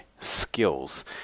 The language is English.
skills